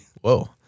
Whoa